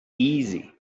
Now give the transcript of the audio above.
easy